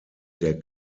der